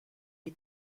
est